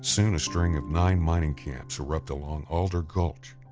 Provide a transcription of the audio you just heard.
soon a string of nine mining camps erupt along alder gulch.